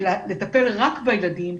לטפל רק בילדים,